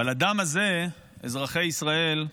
הדם הזה, אזרחי ישראל,